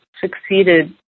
succeeded